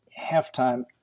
Halftime